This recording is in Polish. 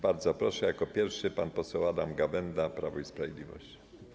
Bardzo proszę, jako pierwszy pan poseł Adam Gawęda, Prawo i Sprawiedliwość.